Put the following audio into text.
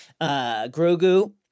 Grogu